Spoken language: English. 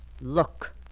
Look